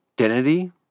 identity